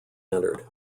entered